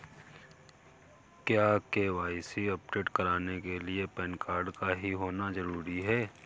क्या KYC update कराने के लिए पैन कार्ड का ही होना जरूरी है?